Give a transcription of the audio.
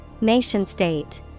Nation-state